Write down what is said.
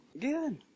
Good